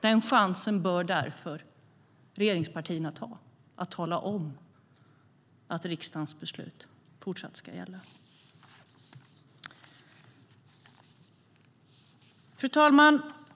Regeringspartierna bör därför ta chansen att tala om att riksdagens beslut fortsatt ska gälla. Fru talman!